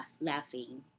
laughing